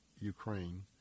Ukraine